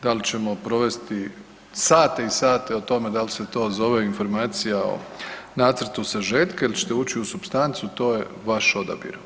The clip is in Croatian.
Da li ćemo provesti sate i sate o tome da li se to zove informacija o nacrtu sažetka ili ćete ući u supstancu to je vaš odabir.